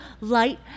light